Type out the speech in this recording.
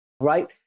Right